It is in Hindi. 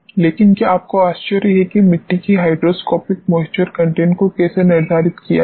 लेकिन क्या आपको आश्चर्य है कि मिट्टी की हाइड्रोस्कोपिक मॉइस्चर कंटेंट को कैसे निर्धारित किया जाए